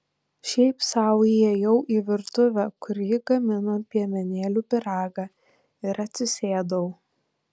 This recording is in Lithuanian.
šiaip sau įėjau į virtuvę kur ji gamino piemenėlių pyragą ir atsisėdau